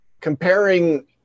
comparing